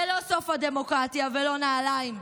זה לא סוף הדמוקרטיה ולא נעליים.